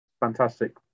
Fantastic